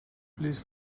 please